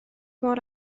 mor